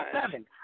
seven